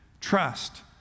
Trust